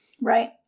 Right